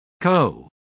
Co